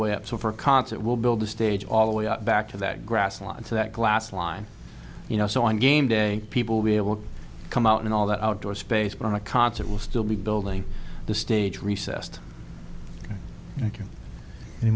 way up so for a concert will build the stage all the way up back to that grass line so that glass line you know so on game day people will be able to come out and all that outdoor space for a concert will still be building the stage recessed